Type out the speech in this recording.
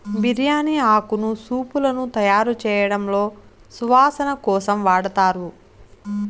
బిర్యాని ఆకును సూపులను తయారుచేయడంలో సువాసన కోసం వాడతారు